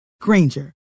Granger